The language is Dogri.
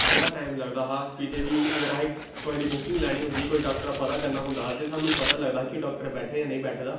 बड़ा टाइम लगदा हा कितै बी अगर अहें कुहै दी बुकिंग लैनी होंदी ही कोई डाक्टर दा पता करना होंदा हा ते सानूं पता निं लगदा हा कि ओह् डाक्टर बैठै जां नेईं बैठे दा